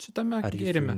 šitame gėrime